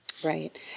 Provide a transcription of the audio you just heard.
Right